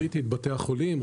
ראיתי את בתי החולים,